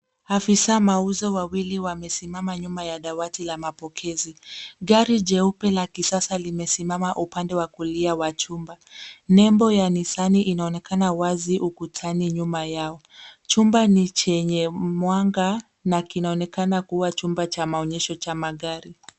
Afisa mauzo wawili wamesimama nyuma ya dawati la mapokezi. Gari jeupe la kisasa limesimama upande wa kulia ya chumba. Nembo ya Nisani inaonekana wazi ukutani nyuma yao. Chumba ni chenye mwanga na kianonekana kuwa chumba cha maonyesho cha magari.